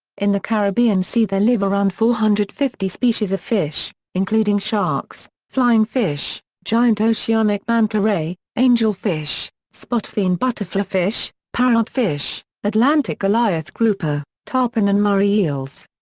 in the caribbean sea there live around four hundred and fifty species of fish, including sharks, flying fish, giant oceanic manta ray, angel fish, spotfin butterflyfish, parrotfish, atlantic goliath grouper, tarpon and moray eels.